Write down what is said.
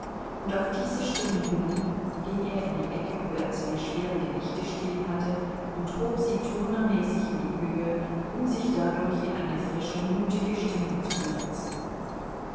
und auf diese stimme hörend ging er in die ecke wo er zwei schwere gewichte stehen hatte und hob sie turnermäßig in die höhe um sich dadurch in eine frische mutige stimmung zu versetzen